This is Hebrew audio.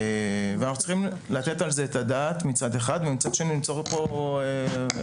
אני חושב שאנחנו צריכים לתת על זה את הדעת ולמצוא פה פתרונות.